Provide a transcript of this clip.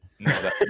no